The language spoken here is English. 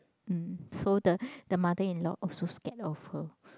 mm so the the mother-in-law also scared of her